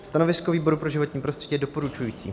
Stanovisko výboru pro životní prostředí je doporučující.